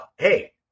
Hey